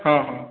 ହଁ ହଁ